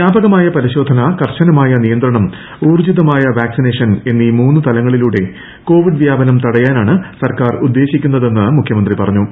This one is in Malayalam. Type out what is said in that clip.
വ്യാപകമായ പരിശോധന കർശനമായ നിയന്തണം ഊർജിതമായ വാക്സിനേഷൻ എന്നീട് മൂന്നു തലങ്ങളിലൂടെ കോവിഡ് വ്യാപനം തടയാനാണ് സ്ട്ർക്കാ്ർ ഉദ്ദേശിക്കുന്നതെന്ന് മുഖ്യമന്ത്രി പറഞ്ഞു